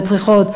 וצריכות,